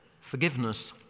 Forgiveness